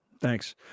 Thanks